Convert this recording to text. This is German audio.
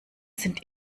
sind